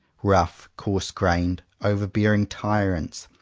rough, coarse-grained, over-bear ing tyrants,